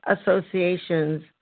associations